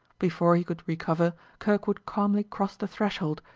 before he could recover kirkwood calmly crossed the threshold,